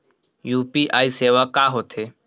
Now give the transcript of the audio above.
UPI सेवा का होथे?